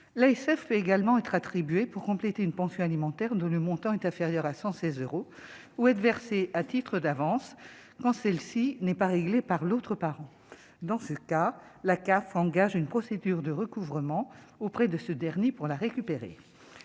l'ASF également être attribué pour compléter une pension alimentaire dont le montant est inférieur à 116 euros ou être versées à titre d'avance quand celle-ci n'est pas réglée par l'autre parent, dans ce cas, la CAF engage une procédure de recouvrement auprès de ce dernier pour la récupérer